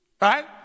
Right